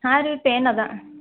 ಹಾಂ ರೀ ಪೇಯ್ನ್ ಅದ